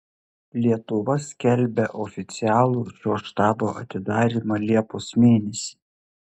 lietuva skelbia oficialų šio štabo atidarymą liepos mėnesį